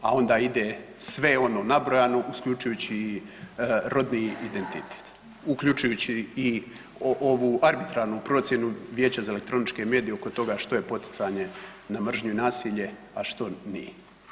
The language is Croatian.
A onda ide sve ono nabrojano uključujući i rodni identitet, uključujući i ovu arbitrarnu procjenu Vijeća za elektroničke medije oko toga što je poticanje na mržnju i nasilje a što nije.